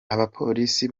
abapolisi